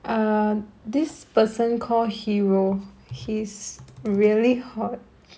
um this person call hero he's really hot